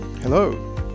Hello